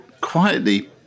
quietly